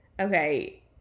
Okay